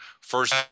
First